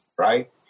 right